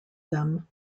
them